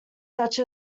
such